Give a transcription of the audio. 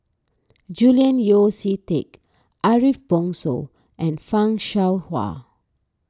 Julian Yeo See Teck Ariff Bongso and Fan Shao Hua